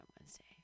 Wednesday